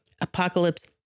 Apocalypse